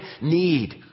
need